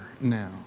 now